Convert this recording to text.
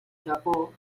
japó